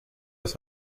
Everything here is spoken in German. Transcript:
das